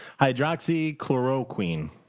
hydroxychloroquine